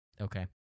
Okay